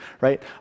right